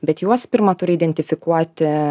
bet juos pirma turi identifikuoti